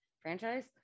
franchise